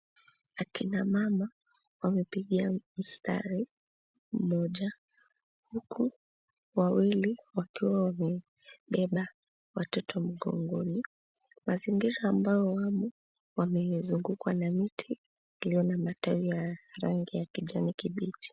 Akina mama, wamepigia mstari mmoja, huku wawili wakiwa wamebeba watoto mgongoni. Mazingira ambayo wamo, wamezungukwa na miti iliyo na matawi ya rangi ya kijani kibichi.